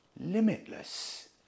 limitless